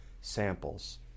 samples